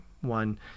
one